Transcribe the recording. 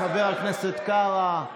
חבר הכנסת קארה,